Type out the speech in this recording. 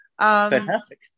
fantastic